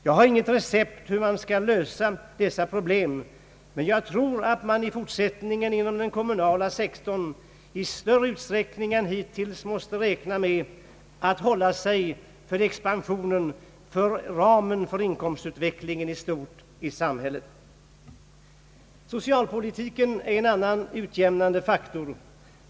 Jag har inget recept för hur man skall lösa dessa problem men jag tror att man i fortsättningen inom den kommunala sektorn i större utsträckning än hittills måste räkna med att för sin expansion hålla sig inom ramen för inkomstutvecklingen i samhället. Socialpolitiken är en annan utjämnande faktor.